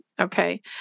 Okay